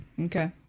Okay